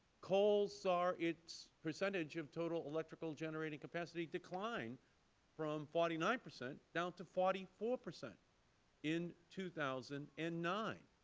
coal saw its percentage of total electrical generated capacity decline from forty nine percent down to forty four percent in two thousand and nine.